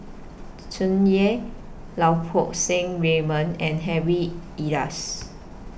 Tsung Yeh Lau Poo Seng Raymond and Harry Elias